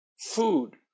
food